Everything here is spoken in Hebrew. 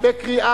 בקריאה